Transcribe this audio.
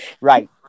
right